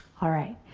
alright,